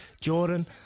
Jordan